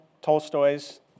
Tolstoy's